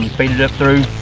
feed it up through